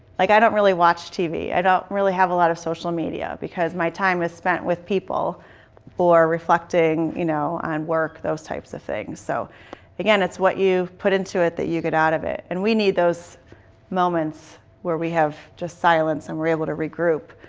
like, i don't really watch tv. i don't really have a lot of social media, because my time is spent with people or reflecting you know on work, those types of things. so again, it's what you put into it that you get out of it. and we need those moments where we have just silence and we're able to regroup.